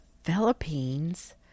Philippines